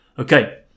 Okay